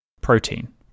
Protein